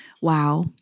wow